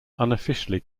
unofficially